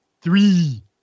three